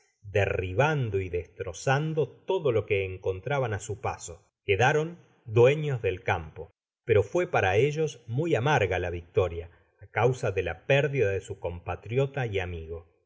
derribando y destrozando todo lo que encontraban á su paso quedaron dueüos del campo pero fué para ellos muy amarga la victoria á causa de la pérdida de su compatriota y amigo